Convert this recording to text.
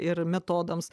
ir metodams